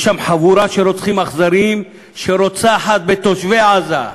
יש שם חבורה של רוצחים אכזריים שרוצחת בתושבי עזה.